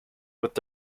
with